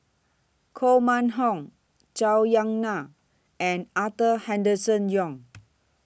Koh Mun Hong Zhou Ying NAN and Arthur Henderson Young